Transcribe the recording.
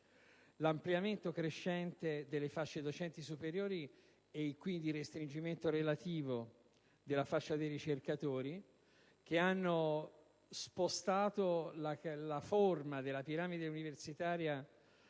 l'ampliamento crescente delle fasce docenti superiori, e quindi il restringimento relativo della fascia dei ricercatori, hanno trasformato la forma della piramide universitaria